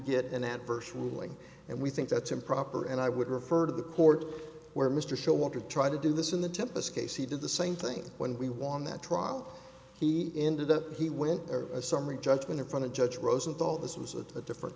get an adverse ruling and we think that's improper and i would refer to the court where mr showalter try to do this in the tempus case he did the same thing when we won that trial he ended up he went for a summary judgment in front of judge rosenthal this was of a different